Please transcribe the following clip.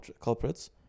culprits